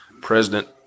president